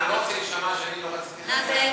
נדמה לי שהוא בנצי, נדמה לי.